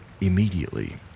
immediately